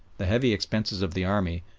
the heavy expenses of the army,